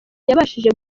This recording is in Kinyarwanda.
yabashije